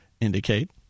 indicate